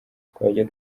twajya